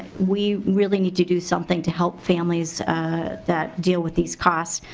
we really need to do something to help families that deal with these costs.